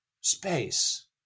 space